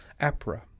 APRA